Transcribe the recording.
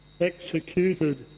executed